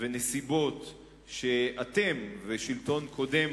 ונסיבות שאתם ושלטון קודם